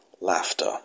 laughter